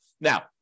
now